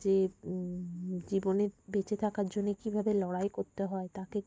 যে জীবনে বেঁচে থাকার জন্য কী ভাবে লড়াই করতে হয় তাকে